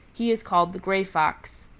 he is called the gray fox.